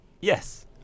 Yes